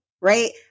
right